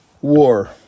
War